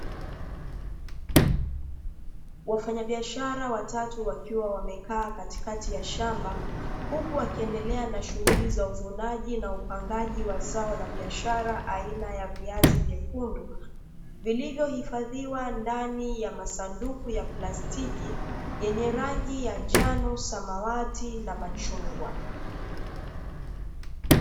Wafanyabiashara watatu wakiwa wamekaa katikati ya shamba, huku wakiendelea na shughuli za uvunaji na upangaji wa zao la biashara aina ya viazi vyekundu, vilivyohifadhiwa ndani ya masanduku ya plastiki yenye rangi ya njano, samawati na machungwa.